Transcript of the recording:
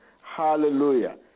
Hallelujah